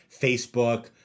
Facebook